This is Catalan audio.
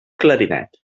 clarinet